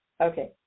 Okay